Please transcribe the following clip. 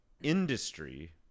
industry